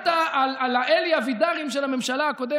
אתה לא מתבייש לשקר.